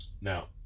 Now